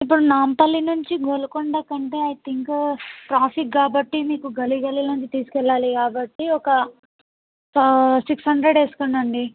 ఇప్పుడు నాంపల్లి నుంచి గోల్కొండ కంటే ఐ తింక్ ట్రాఫిక్ కాబట్టి నీకు గల్లీ గల్లీలోంచి తీసుకెళ్ళాలి కాబట్టి ఒక సిక్స్ హండ్రెడ్ వేసుకోండండి